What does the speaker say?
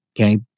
Okay